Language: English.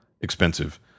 expensive